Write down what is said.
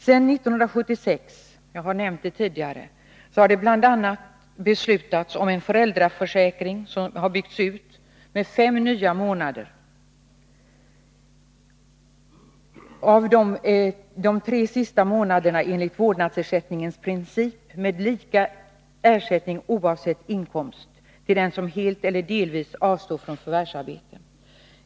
Sedan 1976 har det, som jag har nämnt tidigare, bl.a. beslutats om en utbyggnad av föräldraförsäkringen med fem nya månader — varav de tre sista månaderna enligt principen för vårdnadsersättning med lika ersättning oavsett inkomst till den som helt eller delvis avstår från förvärvsarbete.